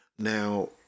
Now